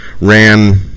ran